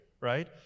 right